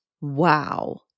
wow